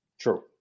True